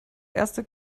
erste